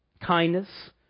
kindness